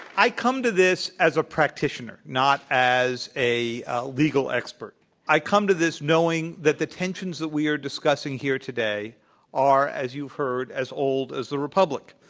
i come to this as a practitioner, not as a legal expert. and i come to this knowing that the tensions that we are discussing here today are as you've heard as old as the republic.